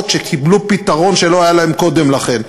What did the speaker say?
שקיבלו פתרון שלא היה להן קודם לכן.